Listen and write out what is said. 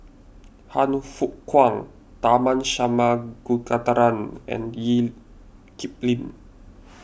Han Fook Kwang Tharman Shanmugaratnam and Lee Kip Lin